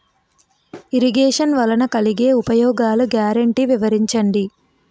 Irrigation వలన కలిగే ఉపయోగాలు గ్యారంటీ వివరించండి?